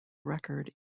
record